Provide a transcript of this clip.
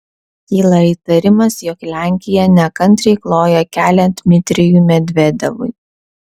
kyla įtarimas jog lenkija nekantriai kloja kelią dmitrijui medvedevui